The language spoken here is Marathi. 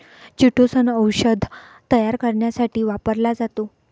चिटोसन औषध तयार करण्यासाठी वापरला जातो